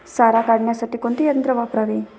सारा काढण्यासाठी कोणते यंत्र वापरावे?